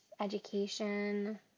education